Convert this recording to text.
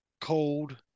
cold